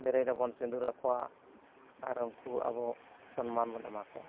ᱫᱮᱨᱮᱧ ᱨᱮᱵᱚᱱ ᱥᱤᱸᱫᱩᱨ ᱟᱠᱚᱣᱟ ᱟᱨ ᱩᱱᱠᱩ ᱟᱵᱚ ᱥᱚᱱᱢᱟᱱ ᱵᱚᱱ ᱮᱢᱟ ᱠᱚᱣᱟ